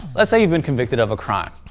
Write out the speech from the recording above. let's say you've been convicted of a crime.